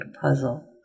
puzzle